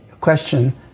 question